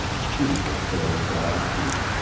she would surely die too.